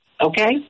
Okay